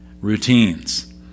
routines